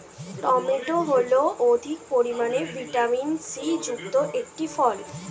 tomato হল অধিক পরিমাণে ভিটামিন সি যুক্ত একটি ফল